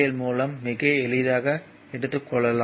L மூலம் மிக எளிதாக எடுத்துக் கொள்ளலாம்